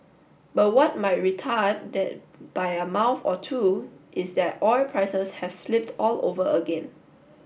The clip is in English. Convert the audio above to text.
but what might retard that by a month or two is that oil prices have slipped all over again